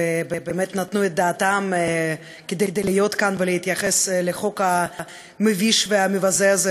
ובאמת נתנו את דעתם כדי להיות כאן ולהתייחס לחוק המביש והמבזה הזה,